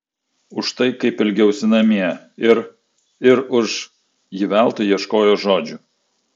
už tai kaip elgiausi namie ir ir už ji veltui ieškojo žodžių